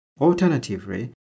Alternatively